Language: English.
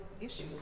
issue